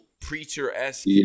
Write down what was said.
preacher-esque